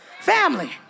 family